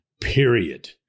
period